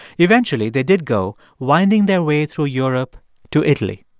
eventually, they did go, winding their way through europe to italy.